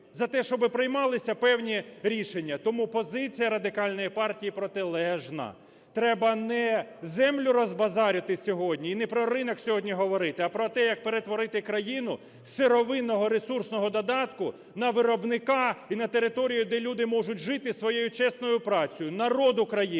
за те, щоби приймалися певні рішення. Тому позиція Радикальної партії протилежна: треба не землю розбазарювати сьогодні і не про ринок сьогодні говорити, а про те, як перетворити країну з сировинного ресурсного додатку на виробника і на територію, де люди можуть жити своєю чесною працює, народ України,